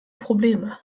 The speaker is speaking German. probleme